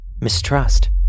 mistrust